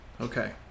Okay